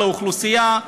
לאוכלוסייה,